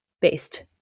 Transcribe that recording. based